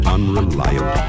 Unreliable